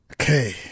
Okay